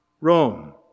Rome